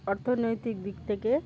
অর্থনৈতিক দিক থেকে